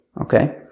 Okay